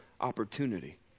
opportunity